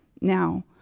Now